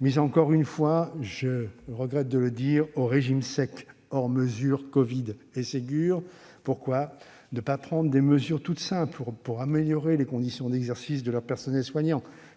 mis encore une fois- je regrette de le dire -au régime sec, hors mesures covid et Ségur, pourquoi ne pas prendre des mesures toutes simples pour améliorer les conditions d'exercice de leurs personnels soignants,